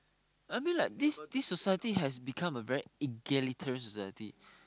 I mean like this society has become a very egalitarian society